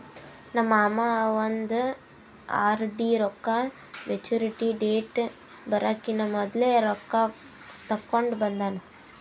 ನಮ್ ಮಾಮಾ ಅವಂದ್ ಆರ್.ಡಿ ರೊಕ್ಕಾ ಮ್ಯಚುರಿಟಿ ಡೇಟ್ ಬರಕಿನಾ ಮೊದ್ಲೆ ರೊಕ್ಕಾ ತೆಕ್ಕೊಂಡ್ ಬಂದಾನ್